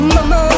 Mama